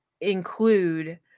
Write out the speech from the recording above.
include